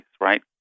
right